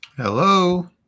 Hello